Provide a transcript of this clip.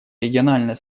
региональное